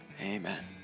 Amen